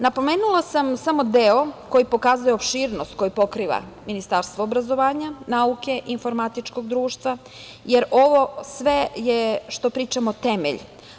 Napomenula sam samo deo koji pokazuje opširnost koju pokriva Ministarstvo obrazovanja, nauke, informatičkog društva, jer ovo sve, što pričamo, je temelj.